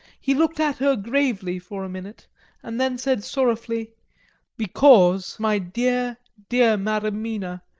he looked at her gravely for a minute and then said sorrowfully because my dear, dear madam mina,